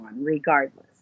regardless